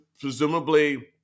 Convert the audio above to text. presumably